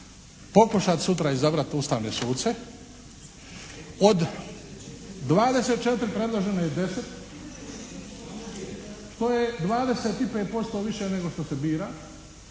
pokušati sutra izabrati ustavne suce. Od 24 predloženo je 10, što je 25% više nego što se bira,